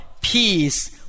peace